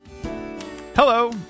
Hello